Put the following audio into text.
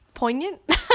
Poignant